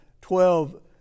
twelve